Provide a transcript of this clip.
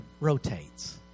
rotates